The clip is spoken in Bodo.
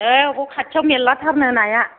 ओइ बबेबा खाथियाव मेरलाथारनो नाया